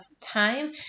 time